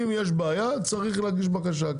אם יש בעיה, צריך הגיש בקשה.